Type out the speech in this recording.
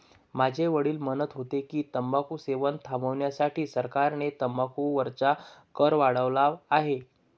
माझे वडील म्हणत होते की, तंबाखू सेवन थांबविण्यासाठी सरकारने तंबाखू वरचा कर वाढवला आहे